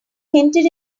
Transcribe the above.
hinted